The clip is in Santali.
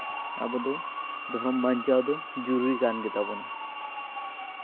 ᱟᱵᱚ ᱫᱚ ᱫᱷᱚᱨᱚᱢ ᱵᱟᱧᱪᱟᱣ ᱫᱚ ᱡᱩᱨᱩᱨᱤ ᱠᱟᱱ ᱜᱮᱛᱟ ᱵᱚᱱᱟ